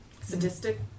Sadistic